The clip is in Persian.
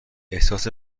احساس